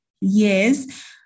yes